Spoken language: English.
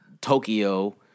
Tokyo